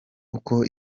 uko